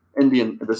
Indian